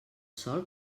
sol